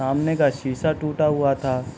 سامنے کا شیشہ ٹوٹا ہوا تھا